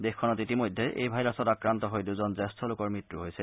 দেশখনত ইতিমধ্যে এই ভাইৰাছত আক্ৰান্ত হৈ দুজন জ্যেষ্ঠ লোকৰ মৃত্যু হৈছে